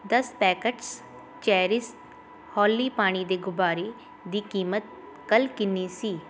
ਦਸ packets Cherish Holi ਪਾਣੀ ਦੇ ਗੁਬਾਰੇ ਦੀ ਕੀਮਤ ਕੱਲ੍ਹ ਕਿੰਨੀ ਸੀ